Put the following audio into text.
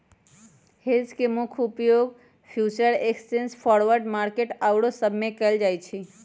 hedge के मुख्य उपयोग फ्यूचर एक्सचेंज, फॉरवर्ड मार्केट आउरो सब में कएल जाइ छइ